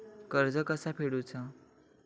कर्ज कसा फेडुचा?